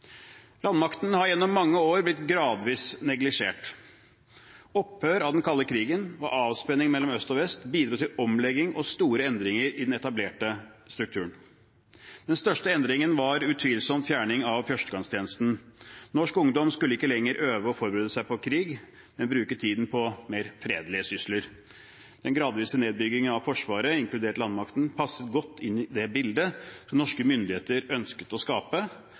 Landmakten har gjennom mange år blitt gradvis neglisjert. Opphør av den kalde krigen og avspenning mellom øst og vest bidro til omlegging og store endringer i den etablerte strukturen. Den største endringen var utvilsomt fjerning av førstegangstjenesten. Norsk ungdom skulle ikke lenger øve og forberede seg på krig, men bruke tiden på mer fredelige sysler. Den gradvise nedbyggingen av Forsvaret, inkludert landmakten, passet godt inn i det bildet norske myndigheter ønsket å skape,